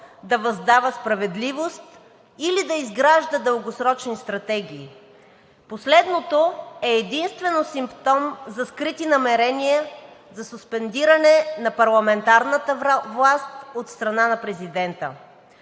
да въздава справедливост или да изгражда дългосрочни стратегии. Последното е единствено симптом за скрити намерения за суспендиране на парламентарната власт от страна на президента.